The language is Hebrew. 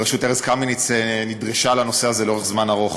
בראשות ארז קמיניץ, נדרש לנושא הזה לאורך זמן רב.